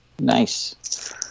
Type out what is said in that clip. Nice